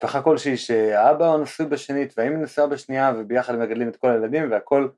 תכף הכל שהאבא הוא נוסע בשנית והאמא נוסע בשנייה וביחד מגדלים את כל הילדים והכל